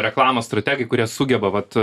reklamos strategai kurie sugeba vat